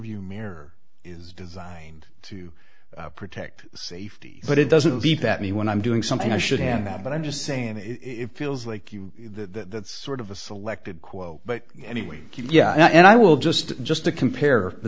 view mirror is designed to protect safety but it doesn't keep at me when i'm doing something i should have them but i'm just saying it feels like you that sort of a selected quote but anyway yeah and i will just just to compare